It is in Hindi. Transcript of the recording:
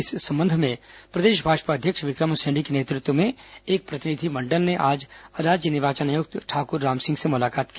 इस संबंध में प्रदेश भाजपा अध्यक्ष विक्रम उसेंडी के नेतृत्व में एक प्रतिनिधिमण्डल ने आज राज्य निर्वाचन आयुक्त ठाकुर राम सिंह से मुलाकात की